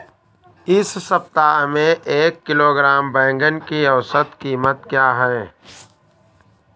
इस सप्ताह में एक किलोग्राम बैंगन की औसत क़ीमत क्या है?